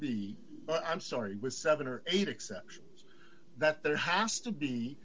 be i'm sorry with seven or eight exceptions that there has to be